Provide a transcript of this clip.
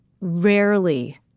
rarely